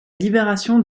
libération